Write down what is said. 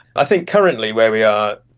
i think currently where we are,